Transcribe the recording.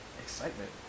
Excitement